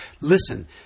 listen